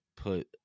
Put